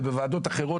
ובוועדות אחרות,